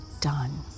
done